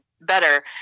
better